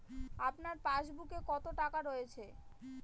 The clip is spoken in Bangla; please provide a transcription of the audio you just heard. আপনার পাসবুকে কত টাকা রয়েছে?